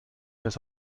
das